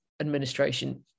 administration